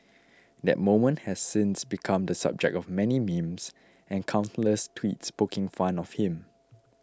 that moment has since become the subject of many memes and countless tweets poking fun of him